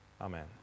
Amen